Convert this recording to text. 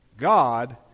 God